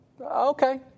Okay